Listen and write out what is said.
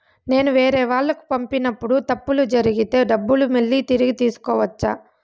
నేను వేరేవాళ్లకు పంపినప్పుడు తప్పులు జరిగితే డబ్బులు మళ్ళీ తిరిగి తీసుకోవచ్చా?